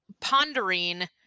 pondering